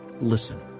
listen